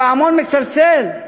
הפעמון מצלצל,